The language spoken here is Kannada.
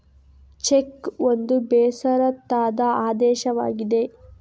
ಚೆಕ್ ಒಂದು ಬೇಷರತ್ತಾದ ಆದೇಶವಾಗಿದೆ